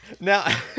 Now